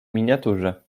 miniaturze